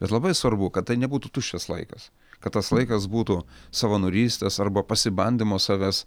bet labai svarbu kad tai nebūtų tuščias laikas kad tas laikas būtų savanorystės arba pasibandymo savęs